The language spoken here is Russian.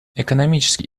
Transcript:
экономический